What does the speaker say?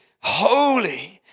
holy